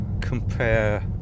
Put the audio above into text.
compare